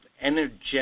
energetic